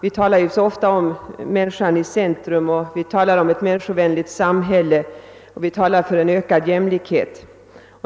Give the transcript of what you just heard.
Vi talar ju så ofta om att människan skall stå i centrum och om ett människovänligt samhälle och om ökad jämlikhet.